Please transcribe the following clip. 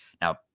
Now